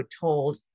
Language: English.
told